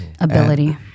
Ability